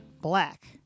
black